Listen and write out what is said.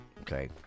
okay